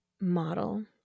model